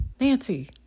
Nancy